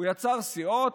הוא יצר סיעות,